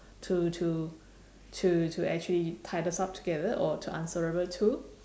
to to to to actually tie this up together or to answerable to